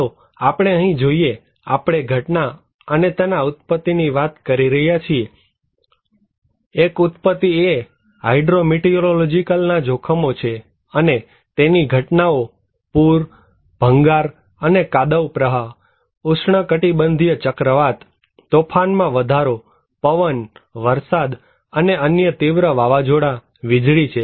ચાલો આપણે અહીં જોઈએ આપણે ઘટના અને તેના ઉત્પત્તિની વાત કરી રહ્યા છીએ એક ઉત્પત્તિ એ હાઈડ્રો મિટીરીયોલોજિકલ ના જોખમો છે અને તેની ઘટનાઓ પુર ભંગાર અને કાદવ પ્રવાહ ઉષ્ણકટિબંધીય ચક્રવાત તોફાનમાં વધારો પવન વરસાદ અને અન્ય તીવ્ર વાવાઝોડા વીજળી છે